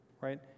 right